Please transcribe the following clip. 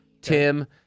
Tim